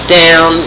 down